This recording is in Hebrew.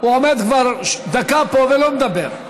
הוא עומד כבר דקה פה ולא מדבר.